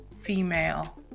female